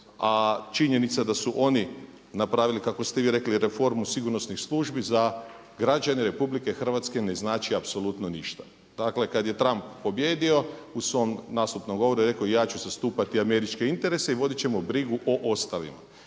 A činjenica da su oni napravili kako ste vi rekli reformu sigurnosnih službi za građane RH ne znači apsolutno ništa. Dakle kada je Trump pobijedio u svom nastupnom govoru je rekao ja ću zastupati američke interese i voditi ćemo brigu o ostalima.